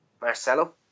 Marcelo